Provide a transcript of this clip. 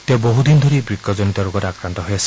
তেওঁ বহুদিন ধৰি বৃক্কজনিত ৰোগত আক্ৰান্ত হৈ আছিল